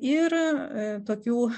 ir tokių